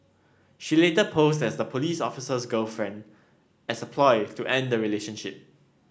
she later posed as the police officer's girlfriend as a ploy to end the relationship